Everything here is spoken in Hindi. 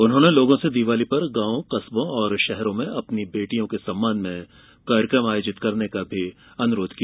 उन्होंने लोगों से दीवाली पर गांवों कस्बों और शहरों में अपनी बेटियों के सम्मान में कार्यक्रम आयोजित करने का भी अनुरोध किया